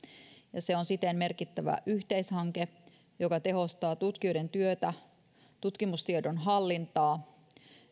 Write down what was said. ja se on siten merkittävä yhteishanke joka tehostaa tutkijoiden työtä tutkimustiedon hallintaa